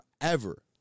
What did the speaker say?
forever